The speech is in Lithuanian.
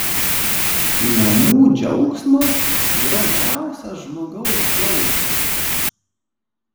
namų džiaugsmas gražiausias žmogaus džiaugsmas